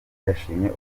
yashimye